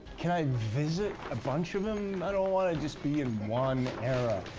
can i visit a bunch of them? i don't want to just be in one era.